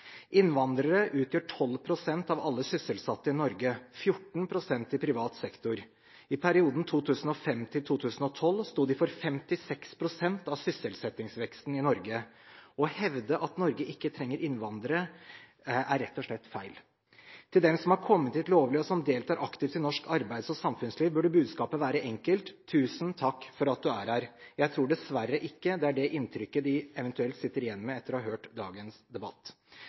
Innvandrere utgjør 12 pst. av alle sysselsatte i Norge – 14 pst. i privat sektor. I perioden 2005–2012 sto de for 56 pst. av sysselsettingsveksten i Norge. Å hevde at Norge ikke trenger innvandrere, er rett og slett feil. Til dem som har kommet hit lovlig, og som deltar aktivt i norsk arbeids- og samfunnsliv burde budskapet være enkelt: Tusen takk for at du er her! Jeg tror dessverre ikke etter å ha hørt dagens debatt, at det er det inntrykket de eventuelt sitter igjen med.